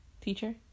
teacher